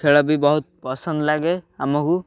ଖେଳ ବି ବହୁତ ପସନ୍ଦ ଲାଗେ ଆମକୁ